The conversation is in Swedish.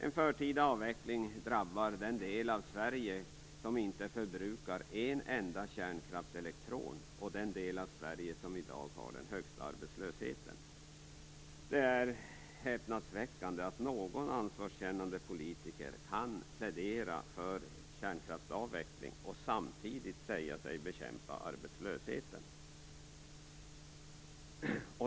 En förtida avveckling drabbar den del av Sverige som inte förbrukar en enda kärnkraftselektron och som i dag har den högsta arbetslösheten Det är häpnadsväckande att någon ansvarskännande politiker kan plädera för kärnkraftsavveckling och samtidigt säga sig bekämpa arbetslösheten.